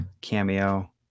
cameo